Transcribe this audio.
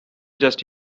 just